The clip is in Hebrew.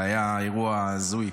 זה היה אירוע הזוי.